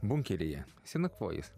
bunkeryje esi nakvojus